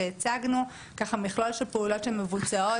והצגנו מכלול של פעולות שמבוצעות,